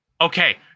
okay